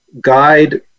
guide